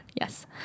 Yes